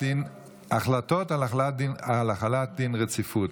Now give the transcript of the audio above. החלטות על החלת דין רציפות.